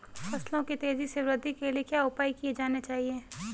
फसलों की तेज़ी से वृद्धि के लिए क्या उपाय किए जाने चाहिए?